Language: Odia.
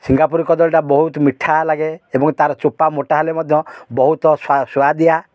ସିଙ୍ଗାପୁରୀ କଦଳୀଟା ବହୁତ ମିଠା ଲାଗେ ଏବଂ ତା'ର ଚୋପା ମୋଟା ହେଲେ ମଧ୍ୟ ବହୁତ ସୁଆଦିଆ